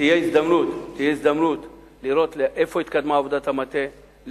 תהיה הזדמנות לראות לאן התקדמה עבודת המטה,